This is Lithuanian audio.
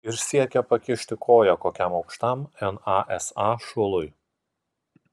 ir siekia pakišti koją kokiam aukštam nasa šului